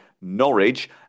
Norwich